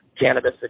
cannabis